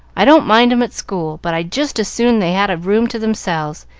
i don't mind em at school, but i'd just as soon they had a room to themselves.